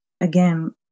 again